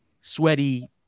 sweaty